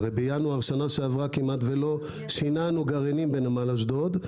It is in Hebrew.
הרי בינואר שנה שעברה כמעט לא שינענו גרעינים בנמל אשדוד,